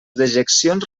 dejeccions